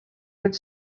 would